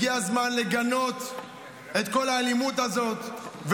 ינון --- הגיע הזמן לגנות את כל האלימות הזאת,